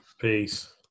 Peace